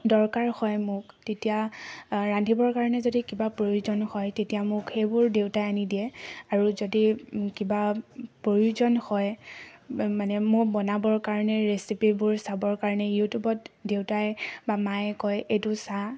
দৰকাৰ হয় মোক তেতিয়া ৰান্ধিবৰ কাৰণে যদি কিবা প্ৰয়োজন হয় তেতিয়া মোক সেইবোৰ দেউতাই আনি দিয়ে আৰু যদি কিবা প্ৰয়োজন হয় মই বনাবৰ কাৰণে ৰেচিপিবোৰ চাবৰ কাৰণে ইউটিউবত দেউতাই বা মায়ে কয় এইটো চা